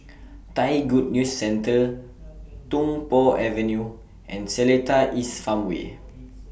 Thai Good News Centre Tung Po Avenue and Seletar East Farmway